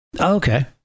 Okay